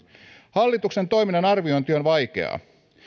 hallituksen toiminnan arviointi on vaikeaa